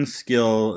skill